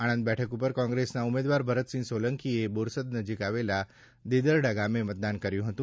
આણંદ બેઠક ઉપર કોંગ્રેસના ઉમેદવાર ભરતસિંહ સોલંકીએ બોરસદ નજીક આવેલ દેદરડા ગામે મતદાન કર્યું હતું